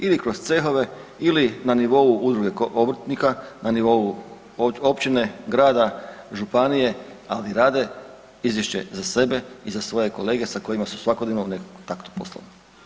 Ili kroz cehove ili na nivou udruge obrtnika, na nivou općine, grada, županije, ali rade izvješće za sebe i za svoje kolege sa kojima su svakodnevno u nekom kontaktu poslova.